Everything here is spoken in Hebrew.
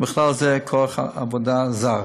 ובכלל זה כוח עבודה זר,